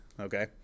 Okay